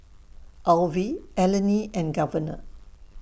Alvie Eleni and Governor